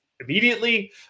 immediately